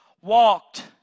walked